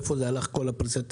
לאן הלכה כל פריסת התקציב.